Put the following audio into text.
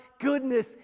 goodness